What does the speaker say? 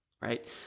right